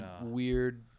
weird